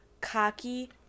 Cocky